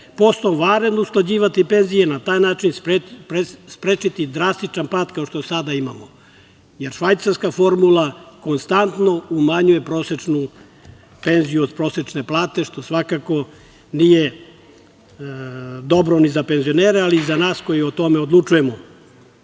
60%, vanredno usklađivati penzije ina taj način sprečiti drastičan pad kao što sada imamo, jer švajcarska formula konstantno umanjuje prosečnu penziju od prosečne plate, što svakako nije dobro ni za penzionere, ali i za nas koji o tome odlučujemo. Još